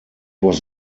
was